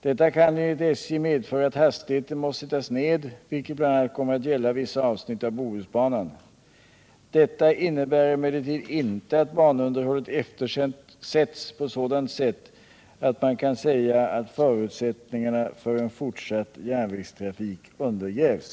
Detta kan enligt SJ medföra att hastigheten måste sättas ned, vilket bl.a. kommer att gälla vissa avsnitt av Bohusbanan. Detta innebär emellertid inte att banunderhållet eftersätts på sådant sätt att man kan säga att förutsättningarna för en fortsatt järnvägstrafik undergrävs.